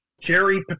Jerry